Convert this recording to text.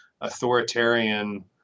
authoritarian